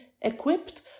equipped